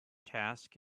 task